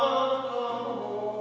oh